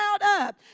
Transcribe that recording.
up